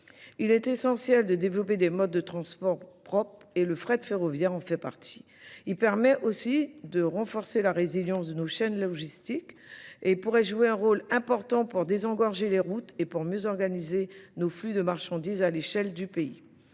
Il est essentiel de développer des modes de transports propres et le frais de ferrovia en fait partie. Il permet aussi de renforcer la résilience de nos chaînes logistiques et pourrait jouer un rôle important pour désengorger les routes et pour mieux organiser nos flux de marchandises à l'échelle du pays.